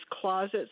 closets